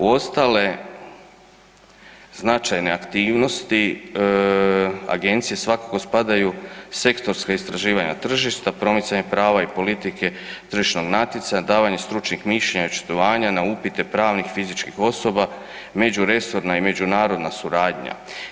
U ostale značajne aktivnosti agencije, svakako spadaju sektorska istraživanja tržišta, promicanja prava i politike tržišnog natjecanja, davanje stručnih mišljenja i očitovanja na upite pravnih fizičkih osoba, međuresorna i međunarodna suradnja.